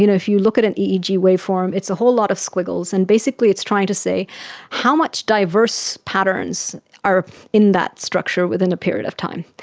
you know if you look at an eeg waveform it's a whole lot of squiggles, and basically it's trying to say how much diverse patterns are in that structure within a period of time.